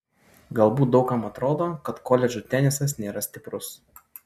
galbūt daug kam atrodo kad koledžų tenisas nėra stiprus